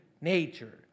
nature